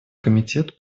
комитет